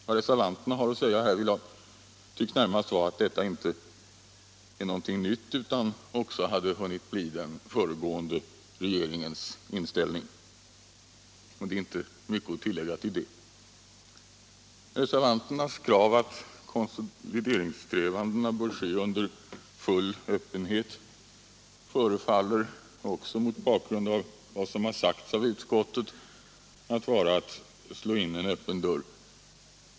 Vad reservanterna har att säga härvidlag tycks närmast vara, att detta inte är någonting nytt utan också hade kunnat bli den föregående regeringens inställning, och det är inte mycket att tillägga till det. Reservanternas krav, att konsolideringssträvandena bör ske under full öppenhet, förefaller mot bakgrund av vad som sagts av utskottet vara detsamma som att försöka slå in en öppen dörr.